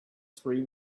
three